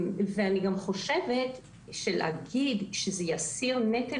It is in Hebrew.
אני גם חושבת שלהגיד שזה יסיר נטל